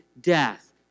death